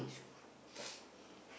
Scoot